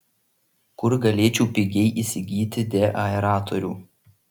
kur galėčiau pigiai įsigyti deaeratorių